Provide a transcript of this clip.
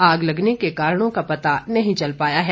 आग लगने के कारणों का पत्ता नहीं चल पाया है